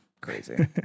crazy